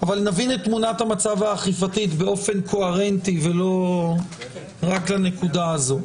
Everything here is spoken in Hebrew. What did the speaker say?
אבל נבין את תמונת המצב האכיפתית באופן קוהרנטי רק לנקודה הזו.